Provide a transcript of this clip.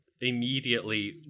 immediately